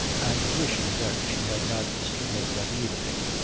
and wishing that she had not seen him that evening.